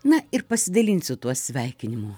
na ir pasidalinsiu tuo sveikinimu